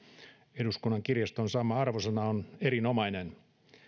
eduskunnan kirjaston saama arvosana on erinomainen